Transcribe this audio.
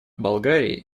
болгарии